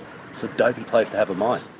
it's a dopey place to have a mine.